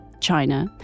China